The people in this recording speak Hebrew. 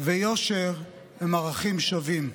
ויושר הם ערכים שווים.